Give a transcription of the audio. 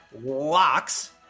Locks